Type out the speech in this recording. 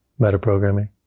metaprogramming